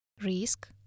Risk